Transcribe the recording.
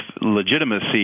legitimacy